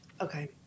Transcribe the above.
Okay